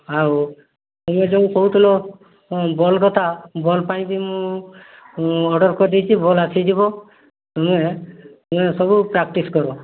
ଆଉ ତୁମେ ଯେଉଁ କହୁଥିଲ ବଲ୍ କଥା ବଲ୍ ପାଇଁ ବି ମୁଁ ଅର୍ଡ଼ର୍ କରିଦେଇଛି ବଲ୍ ଆସିଯିବ ତୁମେ ତୁମେ ସବୁ ପ୍ରାକ୍ଟିସ୍ କର